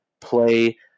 play